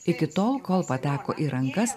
iki tol kol pateko į rankas